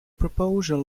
proposal